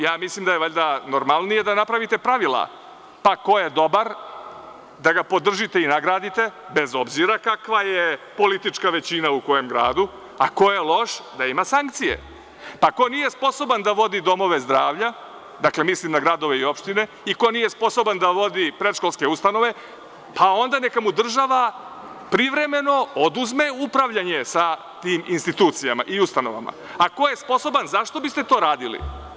Ja mislim da je valjda normalnije da napravite pravila, pa ko je dobar - da ga podržite i nagradite, bez obzira kakva je politička većina u kojem gradu, a ko je loš - da ima sankcije, pa ko nije sposoban da vodi domove zdravlja, dakle, mislim na gradove i opštine, i ko nije sposoban da vodi predškolske ustanove, pa onda neka mu država privremeno oduzme upravljanje tim institucijama iustanovama, a ko je sposoban, zašto biste to radili?